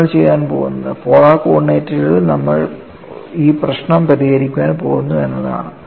നമ്മൾ ചെയ്യാൻ പോകുന്നത്പോളാർ കോർഡിനേറ്റുകളിൽ നമ്മൾ ഈ പ്രശ്നം പരിഹരിക്കാൻ പോകുന്നു എന്നതാണ്